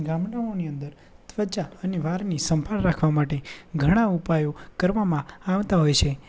ગામડાઓની અંદર ત્વચા અને વાળની સંભાળ રાખવા માટે ઘણા ઉપાયો કરવામાં આવતા હોય છે